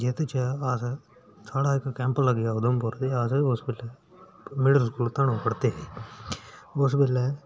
जेह्दे च अस साढ़ा इक कैंम्प लग्गेआ उधमपुर ते अस उस बेल्लै मिडिल स्कूल धन्नू पढ़दे हे उस बेल्लै